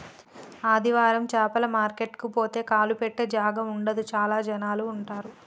ఆదివారం చాపల మార్కెట్ కు పోతే కాలు పెట్టె జాగా ఉండదు చాల జనాలు ఉంటరు